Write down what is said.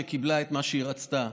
שקיבלה את מה שהיא רצתה,